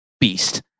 beast